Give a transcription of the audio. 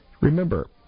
Remember